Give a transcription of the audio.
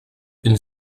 une